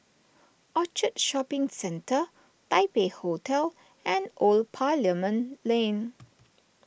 Orchard Shopping Centre Taipei Hotel and Old Parliament Lane